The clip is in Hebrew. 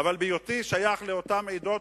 ובאה להציל את המשק,